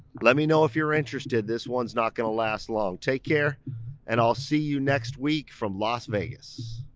let me know if you're interested this one's not gonna last long. take care and i'll see you next week from las vegas.